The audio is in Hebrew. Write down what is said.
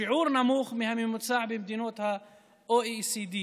שיעור נמוך מהממוצע במדינות ה-OECD,